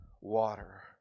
water